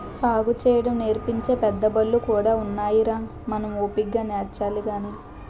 సాగుసేయడం నేర్పించే పెద్దబళ్ళు కూడా ఉన్నాయిరా మనం ఓపిగ్గా నేర్చాలి గాని